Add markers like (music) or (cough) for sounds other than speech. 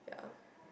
yeah (breath)